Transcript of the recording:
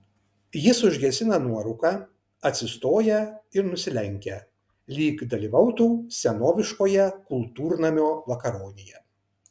jis užgesina nuorūką atsistoja ir nusilenkia lyg dalyvautų senoviškoje kultūrnamio vakaronėje